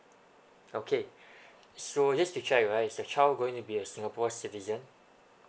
okay so just to check right is your child going to be a singapore citizen